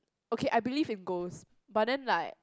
okay I believe in ghost but then like